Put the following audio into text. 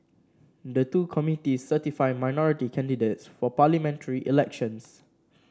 the two committees certify minority candidates for parliamentary elections